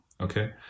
Okay